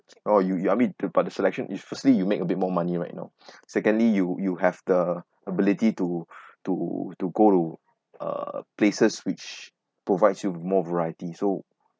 oh you you I mean but the selection is firstly you make a bit more money right now secondly you you have the ability to to to go to uh places which provides you with more variety so